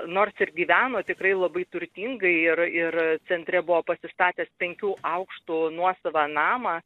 nors ir gyveno tikrai labai turtingai ir ir centre buvo pasistatęs penkių aukštų nuosavą namą